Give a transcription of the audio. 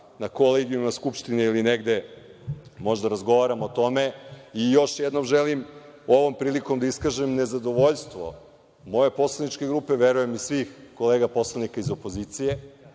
na kolegijumima Skupštine, ili negde, možda razgovaramo o tome. Još jednom želim ovom prilikom da iskažem nezadovoljstvo moje poslaničke grupe, verujem i svih kolega poslanika iz opozicije,